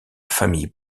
famille